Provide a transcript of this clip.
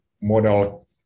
model